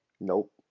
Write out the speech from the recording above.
Nope